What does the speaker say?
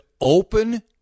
open